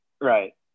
Right